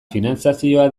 finantzazioa